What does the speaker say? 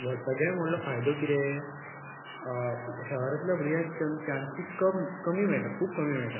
वर्सगेर व्हडलो फायदो कितें शहर आसल्या भुरग्यां चांसी कम कमी मेळटात खूब कमी मेळटात